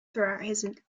throughout